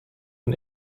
und